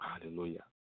Hallelujah